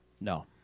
No